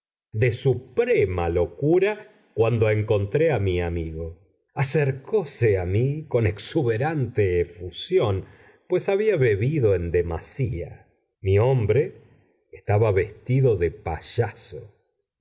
de suprema locura cuando encontré a mi amigo acercóse a mí con exuberante efusión pues había bebido en demasía mi hombre estaba vestido de payaso